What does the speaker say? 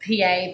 pa